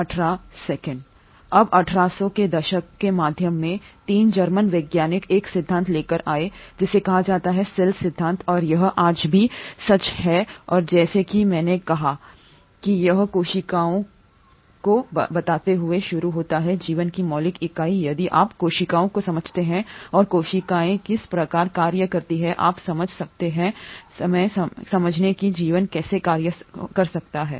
अब 1800 के दशक के मध्य में 3 जर्मन वैज्ञानिक एक सिद्धांत लेकर आए जिसे कहा जाता है सेल सिद्धांत और यह आज भी सच है और जैसा कि मैंने कहा कि यह कोशिकाओं को बताते हुए शुरू होता है जीवन की मौलिक इकाई यदि आप कोशिकाओं को समझते हैं और कोशिकाएँ किस प्रकार कार्य करती हैं आप समझ सकते हैं समझें कि जीवन कैसे कार्य कर सकता है